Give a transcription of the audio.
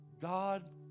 God